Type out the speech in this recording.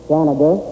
Canada